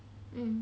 mm